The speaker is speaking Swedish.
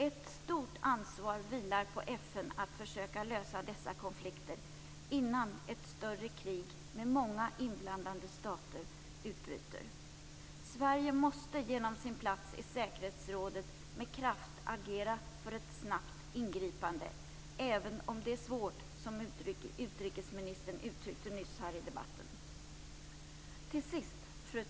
Ett stort ansvar vilar på FN att försöka lösa dessa konflikter innan ett större krig med många inblandade stater utbryter. Sverige måste genom sin plats i säkerhetsrådet med kraft agera för ett snabbt ingripande, även om det är svårt, som utrikesministern uttryckte det nyss i debatten här. Fru talman!